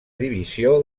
divisió